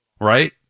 right